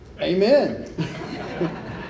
Amen